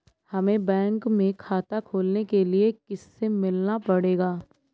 हमे बैंक में खाता खोलने के लिए किससे मिलना पड़ेगा?